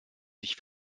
sich